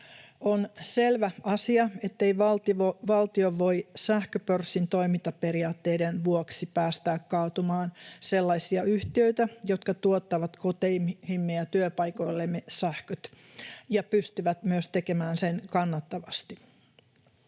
On selvä asia, ettei valtio voi sähköpörssin toimintaperiaatteiden vuoksi päästää kaatumaan sellaisia yhtiöitä, jotka tuottavat koteihimme ja työpaikoillemme sähköt ja pystyvät myös tekemään sen kannattavasti.